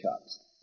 cups